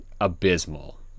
abysmal